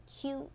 cute